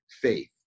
faith